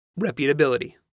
Reputability